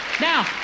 Now